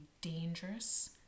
dangerous